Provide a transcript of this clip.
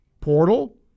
portal